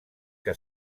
que